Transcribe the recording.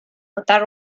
without